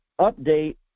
update